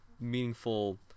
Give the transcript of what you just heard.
meaningful